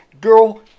girl